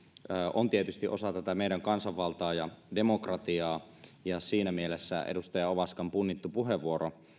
on tietysti osa tätä meidän kansanvaltaa ja demokratiaa ja siinä mielessä edustaja ovaskan punnittu puheenvuoro